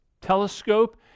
telescope